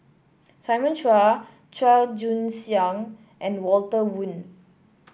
Simon Chua Chua Joon Siang and Walter Woon